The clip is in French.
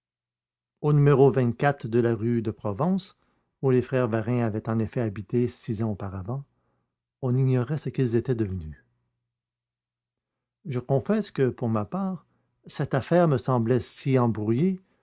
au numéro de la rue de provence où les frères varin avaient en effet habité six ans auparavant on ignorait ce qu'ils étaient devenus je confesse que pour ma part cette affaire me semblait si embrouillée